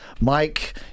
Mike